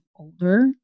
older